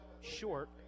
short